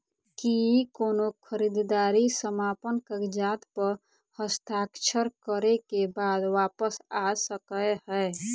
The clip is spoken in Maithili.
की कोनो खरीददारी समापन कागजात प हस्ताक्षर करे केँ बाद वापस आ सकै है?